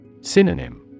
Synonym